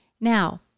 Now